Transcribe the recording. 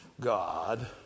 God